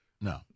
no